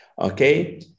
okay